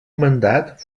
mandat